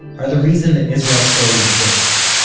are the reason that israel story exists,